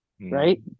right